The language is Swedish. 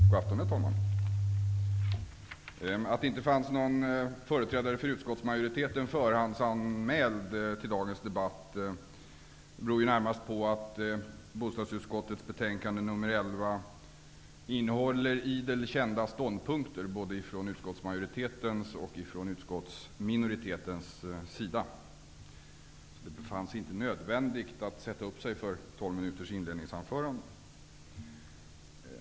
God afton, herr talman! Anledningen till att det inte fanns någon företrädare för utskottsmajoriteten förhandsanmäld till dagens debatt är närmast att bostadsutskottets betänkande 11 innehåller idel kända ståndpunkter både från utskottsmajoritetens och från utskottsminoritetens sida. Det befanns inte nödvändigt att sätta upp en talare för ett tolv minuters inledningsanförande.